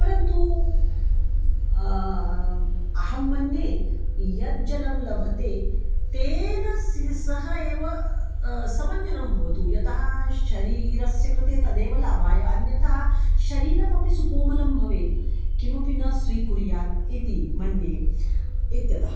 परन्तु अहं मन्ये यज्जलं लभते तेन सह एव समञ्जनं भवतु यतः शरीरस्य कृते तदेव लाभाय अन्यथा शरीरमपि सुकोमलं भवेत् किमपि न स्वीकुर्यात् इति मन्ये इत्यतः